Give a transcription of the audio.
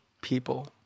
people